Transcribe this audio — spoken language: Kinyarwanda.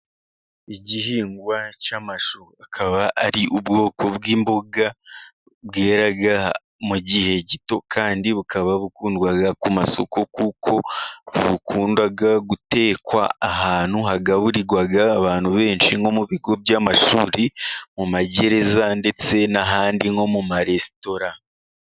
Igihingwa cy'amashu akaba ari ubwoko bw'imboga bwerara mu gihe gito kandi bukaba bikundwa ku masoko, kuko bukunda gutekwa ahantu hagaburirwa abantu benshi nko mu bigo by'amashuri, mu magereza, ndetse n'ahandi nko mu maresitora.